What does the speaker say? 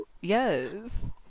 yes